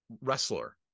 wrestler